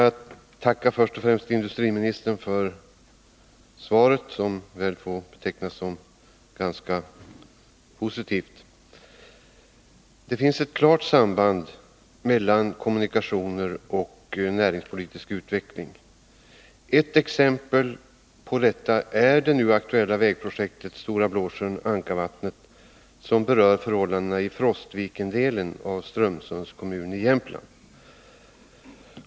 Herr talman! Jag vill först tacka industriministern för svaret, som väl får betecknas som ganska positivt. Det finns ett klart samband mellan kommunikationer och näringspolitisk utveckling. Ett exempel på detta är det nu aktuella vägprojektet Stora Blåsjön-Ankarvattnet som berör förhållandena i Frostvikendelen av Strömsunds kommun i Jämtland.